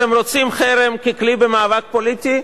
אתם רוצים חרם ככלי במאבק פוליטי?